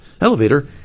elevator